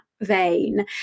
vein